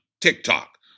TikTok